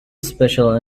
special